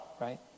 right